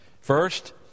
First